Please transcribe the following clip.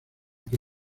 que